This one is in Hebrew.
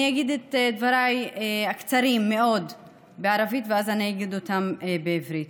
אני אגיד את דבריי הקצרים מאוד בערבית ואז אגיד אותם בעברית.